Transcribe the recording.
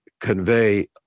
convey